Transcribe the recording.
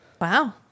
Wow